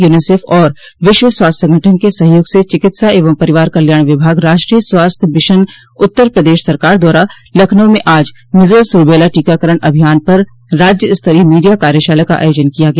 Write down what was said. UNICEF और विश्व स्वास्थ्य संगठन के सहयोग से चिकित्सा एवं परिवार कल्याण विभाग राष्ट्रीय स्वास्थ्य मिशन उत्तर प्रदेश सरकार द्वारा लखनऊ में आज मीजल्स रूबेला टीकाकरण अभियान पर राज्य स्तरीय मीडिया कार्यशाला का आयोजन किया गया